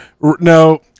No